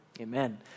Amen